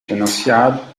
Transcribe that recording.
financiado